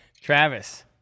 Travis